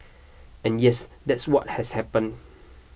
and yes that's what has happen